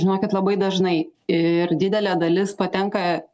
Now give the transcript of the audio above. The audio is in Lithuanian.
žinokit labai dažnai ir didelė dalis patenka